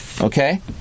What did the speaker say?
okay